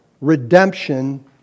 redemption